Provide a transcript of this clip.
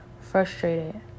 frustrated